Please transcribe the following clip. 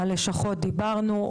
על לשכות דיברנו.